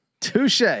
Touche